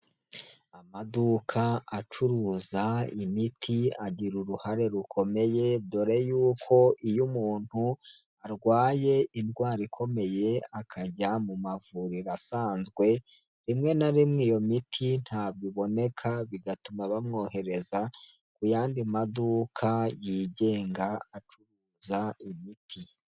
Amaduka acuruza imiti agira uruhare rukomeye dore yuko iyo umuntu arwaye indwara ikomeye akajya mu mavuriro asanzwe, rimwe na rimwe iyo miti ntabwo iboneka, bigatuma bamwohereza ku yandi maduka yigenga acuruza imiti.